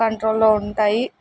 కంట్రోల్లో ఉంటాయి